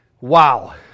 Wow